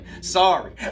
Sorry